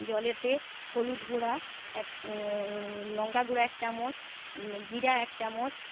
জলেতে হলুদ গুঁড়া এক লংকা গুঁড়া এক চামচ জীরা এক চামচ